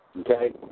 Okay